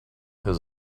his